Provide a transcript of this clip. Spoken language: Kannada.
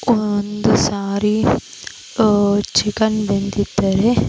ಒಂದು ಸಾರಿ ಚಿಕನ್ ಬೆಂದಿದ್ದರೆ